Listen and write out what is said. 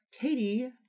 Katie